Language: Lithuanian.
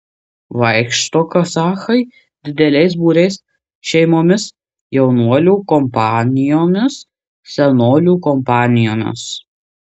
vaikšto kazachai dideliais būriais šeimomis jaunuolių kompanijomis senolių kompanijomis